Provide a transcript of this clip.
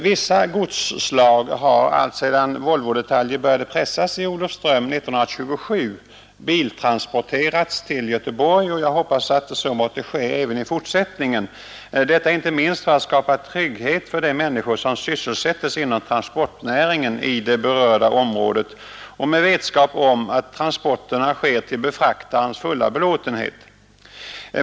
Vissa godsslag har alltsedan Volvodetaljer började pressas i Olofström 1927 biltransporterats till Göteborg och jag hoppas att så måtte ske även i fortsättningen, detta inte minst för att skapa trygghet för de människor som sysselsätts inom transportnäringen i det berörda området och med vetskap om att transporterna sker till befraktarens fulla belåtenhet.